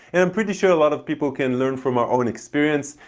and i'm pretty sure a lot of people can learn from our own experience.